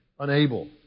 unable